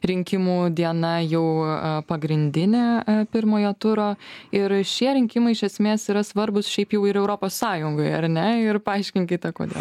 rinkimų diena jau pagrindinė pirmojo turo ir šie rinkimai iš esmės yra svarbūs šiaip jau ir europos sąjungai ar ne ir paaiškinkite kodėl